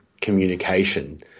communication